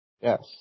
Yes